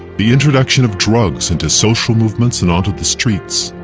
the introduction of drugs into social movements and onto the streets.